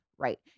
Right